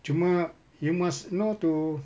cuma you must know to